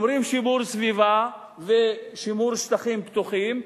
אומרים שימור סביבה ושימור שטחים פתוחים.